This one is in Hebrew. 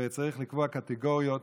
וצריך לקבוע קטגוריות